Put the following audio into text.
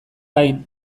gain